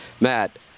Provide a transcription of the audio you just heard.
Matt